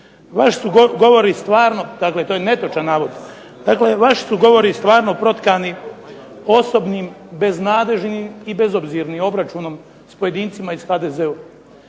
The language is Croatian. vaši su govori stvarno dakle to je netočan navod. Vaši su govori stvarno protkani osobnim beznadležnim i bezobzirnim obračunom s pojedincima i s HDZ-om.